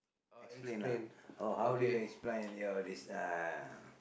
explain lah oh how do you explain your this uh